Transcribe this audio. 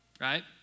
right